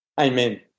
Amen